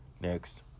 next